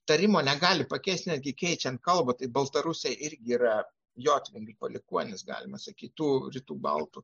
tarimo negali pakeist netgi keičiant kalbą tai baltarusiai irgi yra jotvingių palikuonys galima sakyti tų rytų baltų